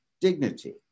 dignity